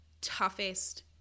toughest